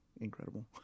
incredible